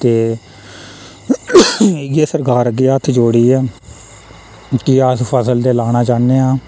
ते इ'यै सरकार अग्गें हत्थ जोड़ियै कि अस फसल ते लाना चाह्न्ने आं